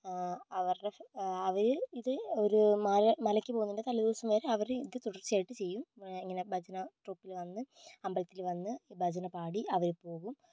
അവരുടെ അവർ ഇത് ഒരു മാല മലയ്ക്ക് പോകുന്നതിൻ്റെ തലേദിവസം വരെ അവർ ഇത് തുടർച്ചയായിട്ട് ചെയ്യും ഇങ്ങനെ ഭജന ട്രൂപ്പിൽ വന്ന് അമ്പലത്തിൽ വന്ന് ഭജന പാടി അവർ പോകും